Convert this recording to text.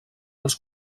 als